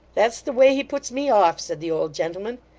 that's the way he puts me off said the old gentleman,